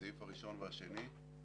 בסעיף הראשון והשני,